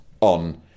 on